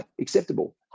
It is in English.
acceptable